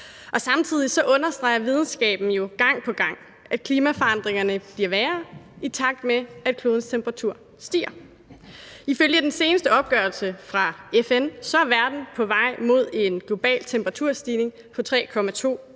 Samtidig understreger videnskaben jo gang på gang, at klimaforandringerne bliver værre, i takt med at klodens temperatur stiger. Ifølge den seneste opgørelse fra FN er verden med den politik, der lægges for